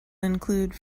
include